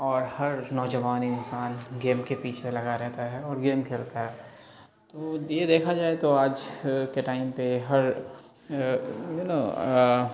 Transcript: اور ہر نوجوان انسان گیم کے پیچھے لگا رہتا ہے اور گیم کھیلتا ہے تو یہ دیکھا جائے تو آج کے ٹائم پہ ہر یو نو